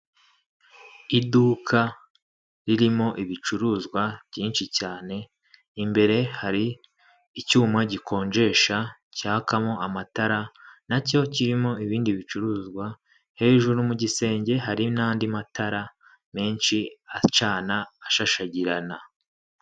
Iduka ririmo ibicuruzwa byinshi cyane, imbere hari icyuma gikonjesha cyakamo amatara na cyo kirimo ibindi bicuruzwa. Hejuru mu gisenge hari n'andi matara menshi acana ashashagirana.